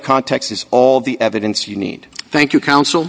context is all the evidence you need thank you counsel